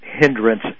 hindrance